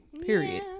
period